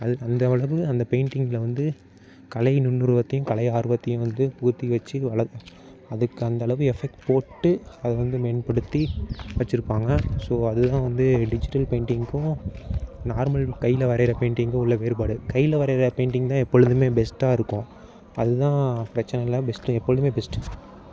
அது அந்த அளவு அந்த பெயிண்டிங்கில் வந்து கலை நுண்ணுருவத்தையும் கலை ஆர்வத்தையும் வந்து பூர்த்தி வெச்சு அதுக்கு அந்த அளவு எஃபர்ட் போட்டு அதை வந்து மேம்படுத்தி வெச்சுருப்பாங்க ஸோ அதுதான் வந்து டிஜிட்டல் பெயிண்ட்டிங்குக்கும் நார்மல் கையில் வரைகிற பெயிண்ட்டிங்குக்கும் உள்ள வேறுபாடு கையில் வரைகிற பெயிண்ட்டிங் தான் எப்பொழுதுமே பெஸ்ட்டாக இருக்கும் அதுதான் பிரச்சனை இல்லை பெஸ்ட்டு எப்பொழுதுமே பெஸ்ட்டு